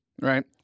right